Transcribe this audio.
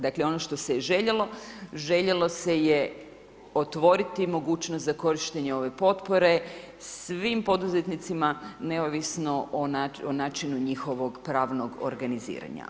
Dakle, ono što se je željelo, željelo se je otvoriti mogućnost za korištenje ove potpore svim poduzetnicima neovisno o načinu njihovog pravnog organiziranja.